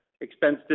expense